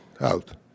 out